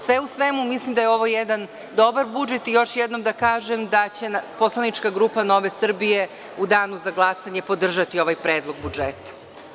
Sve u svemu, mislim da je ovo jedan dobar budžet i još jednom da kažem da će poslanička grupa Nove Srbije u Danu za glasanje podržati ovaj predlog budžeta.